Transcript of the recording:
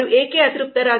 ಅವರು ಏಕೆ ಅತೃಪ್ತರಾಗಿದ್ದಾರೆ